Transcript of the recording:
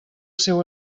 seu